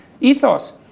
ethos